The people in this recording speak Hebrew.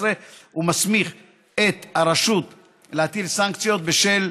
ומסמיך את הרשות להטיל סנקציות בשל